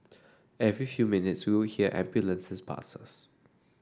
every few minutes we would hear ambulances pass us